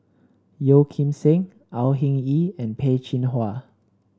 Yeo Kim Seng Au Hing Yee and Peh Chin Hua